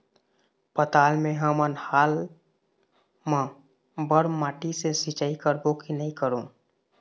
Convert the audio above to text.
पताल मे हमन हाल मा बर माटी से सिचाई करबो की नई करों?